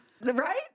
Right